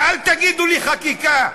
ואל תגידו לי "חקיקה".